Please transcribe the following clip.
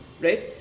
right